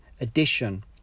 addition